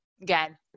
again